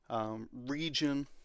region